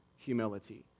Humility